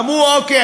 אמרו: אוקיי,